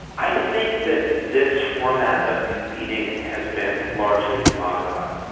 i think that this format of convening has been largely commoditised.